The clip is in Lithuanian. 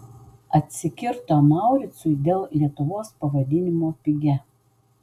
atsikirto mauricui dėl lietuvos pavadinimo pigia